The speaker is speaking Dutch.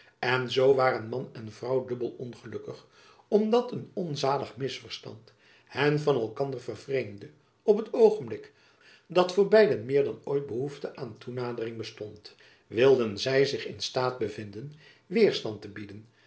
en zoo waren man en vrouw dubbel ongelukkig omdat een onzalig misverstand hen van elkander vervreemdde op het oogenblik dat voor beiden meer dan ooit behoefte aan toenadering bestond wilden zy zich in staat bevinden weêrstand te bieden